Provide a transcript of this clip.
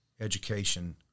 education